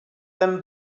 them